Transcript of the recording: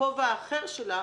בכובע האחר שלה,